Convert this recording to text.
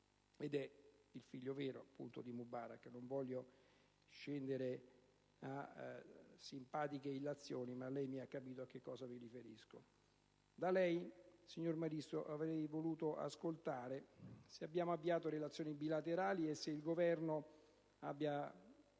al figlio vero di Mubarak, e non voglio scendere a simpatiche illazioni (ma lei ha capito a che cosa mi riferisco). Da lei, signor Ministro, avrei voluto sapere se abbiamo avviato relazioni bilaterali e se l'Esecutivo